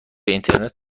اینترنت